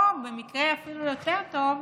או במקרה אפילו יותר טוב,